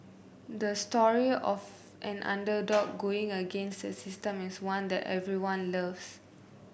the story of an underdog going against the system is one that everyone loves